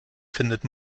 findet